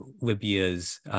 Libya's